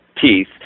Teeth